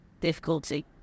difficulty